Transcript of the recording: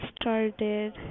started